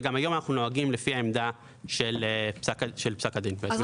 והיום אנחנו נוהגים לפי העמדה של פסק הדין; לפי החוק.